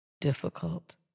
difficult